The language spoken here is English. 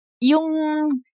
yung